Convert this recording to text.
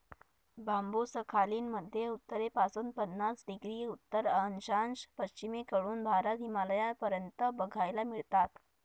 बांबु Sakhalin मध्ये उत्तरेपासून पन्नास डिग्री उत्तर अक्षांश, पश्चिमेकडून भारत, हिमालयापर्यंत बघायला मिळतात